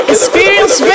Experience